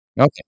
Okay